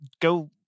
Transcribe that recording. go